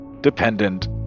dependent